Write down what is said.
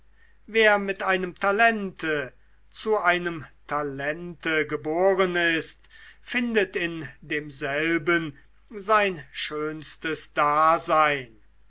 wer mit einem talente zu einem talente geboren ist findet in demselben sein schönstes dasein